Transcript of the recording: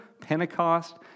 Pentecost